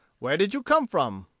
where did you come from?